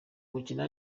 gukina